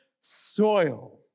soil